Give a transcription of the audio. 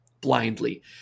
blindly